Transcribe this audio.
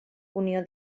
unió